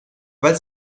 weil